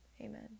Amen